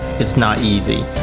its not easy.